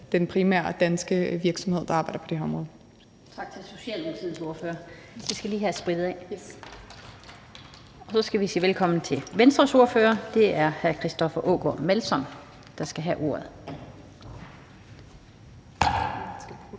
den primære danske virksomhed mig bekendt arbejder med på det her område.